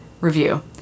Review